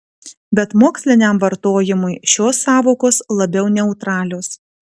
bet moksliniam vartojimui šios sąvokos labiau neutralios